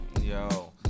Yo